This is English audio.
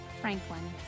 Franklin